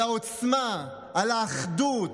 על העוצמה, על האחדות,